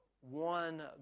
one